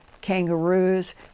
kangaroos